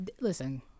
listen